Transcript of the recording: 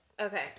Okay